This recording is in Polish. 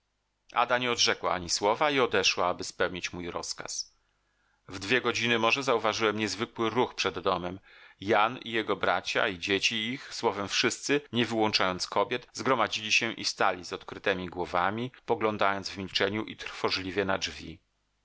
ada nie odrzekła ani słowa i odeszła aby spełnić mój rozkaz w dwie godziny może zauważyłem niezwykły ruch przed domem jan i jego bracia i dzieci ich słowem wszyscy nie wyłączając kobiet zgromadzili się i stali z odkrytemi głowami poglądając w milczeniu i trwożliwie na drzwi